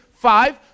Five